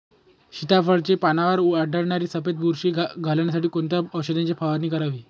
सीताफळाचे पानांवर आढळणारी सफेद बुरशी घालवण्यासाठी कोणत्या औषधांची फवारणी करावी?